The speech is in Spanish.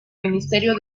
ministerio